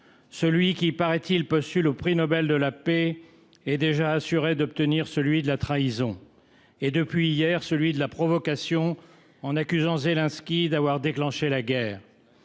Celui qui, paraît il, postule au prix Nobel de la paix est déjà assuré d’obtenir celui de la trahison et, depuis hier, celui de la provocation en accusant Zelensky d’avoir déclenché la guerre